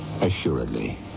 assuredly